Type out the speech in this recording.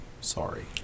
Sorry